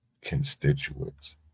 constituents